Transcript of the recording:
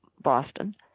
Boston